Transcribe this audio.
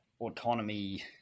autonomy